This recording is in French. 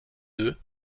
deux